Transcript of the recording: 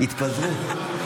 התפזרו.